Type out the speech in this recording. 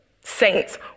Saints